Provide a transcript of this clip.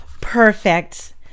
perfect